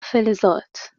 فلزات